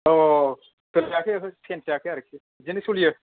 औ औ सेन्ज जायाखै ओहो सेन्ज जायाखै आरोखि बिदिनो सोलियो